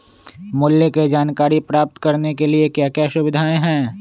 मूल्य के जानकारी प्राप्त करने के लिए क्या क्या सुविधाएं है?